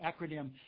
acronym